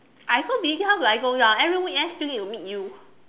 I so busy how do I go down every weekend still need to meet you